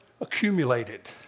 accumulated